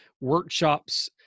workshops